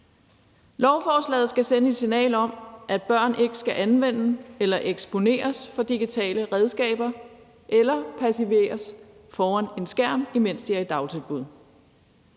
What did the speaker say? Lovforslaget skal sende et signal om, at børn ikke skal anvende eller eksponeres for digitale redskaber eller passiveres foran en skærm, imens de er i dagtilbud.